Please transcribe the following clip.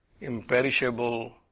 imperishable